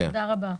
תודה רבה.